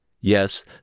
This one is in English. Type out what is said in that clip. Yes